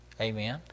Amen